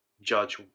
judge